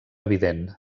evident